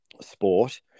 sport